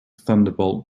thunderbolt